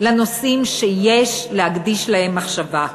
לנושאים שיש להקדיש להם מחשבה.